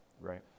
Right